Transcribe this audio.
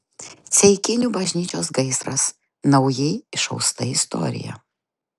ceikinių bažnyčios gaisras naujai išausta istorija